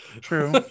true